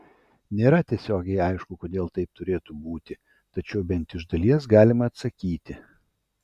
nėra tiesiogiai aišku kodėl taip turėtų būti tačiau bent iš dalies galima atsakyti